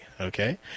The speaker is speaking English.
okay